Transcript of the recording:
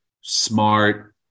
smart